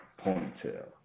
ponytail